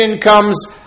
comes